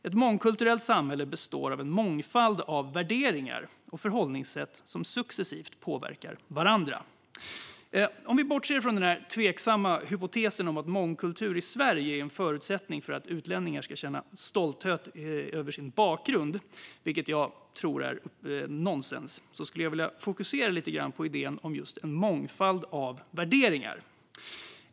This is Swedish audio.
- Ett mångkulturellt samhälle består av en mångfald värderingar och förhållningssätt som successivt påverkar varandra." Om vi bortser ifrån den tveksamma hypotesen om att mångkultur i Sverige är en förutsättning för att utlänningar ska känna stolthet över sin bakgrund, vilket enligt mig är nonsens, skulle jag vilja fokusera lite på idén om en mångfald av värderingar.